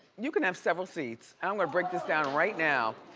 you can have several seats. and i'm gonna break this down right now.